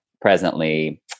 presently